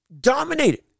dominated